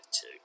two